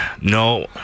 No